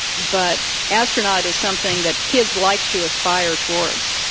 but astronaut is something that kids like to aspire towards,